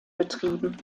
betrieben